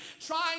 trying